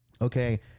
okay